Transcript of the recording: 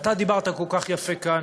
ואתה דיברת כל כך יפה כאן